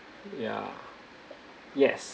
ya yes